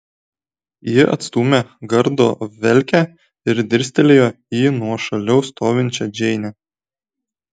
ji atstūmė gardo velkę ir dirstelėjo į nuošaliau stovinčią džeinę